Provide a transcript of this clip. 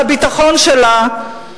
על הביטחון שלה.